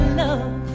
love